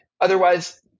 Otherwise